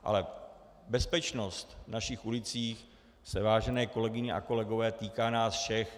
Ale bezpečnost v našich ulicích se, vážené kolegyně a kolegové, týká nás všech.